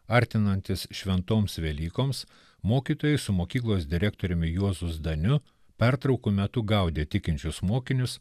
artinantis šventoms velykoms mokytojai su mokyklos direktoriumi juozu zdaniu pertraukų metu gaudė tikinčius mokinius